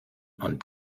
und